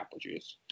Applejuice